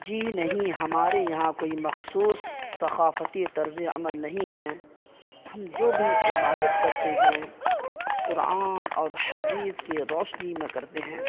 جی نہیں ہمارے یہاں کوئی مخصوص ثقافتی طرزِ عمل نہیں ہیں ہم جو بھی عبادت کرتے ہیں قرآن اور حدیث کے روشنی میں کرتے ہیں